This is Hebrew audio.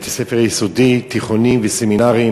בתי-ספר יסודיים, תיכוניים וסמינרים,